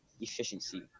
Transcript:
Efficiency